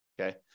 okay